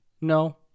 No